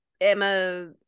emma